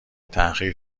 تحقیر